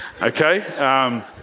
Okay